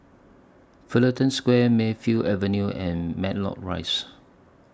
Fullerton Square Mayfield Avenue and Matlock Rise